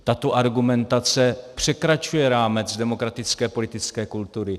Tato argumentace překračuje rámec demokratické politické kultury.